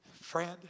Friend